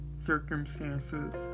circumstances